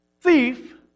thief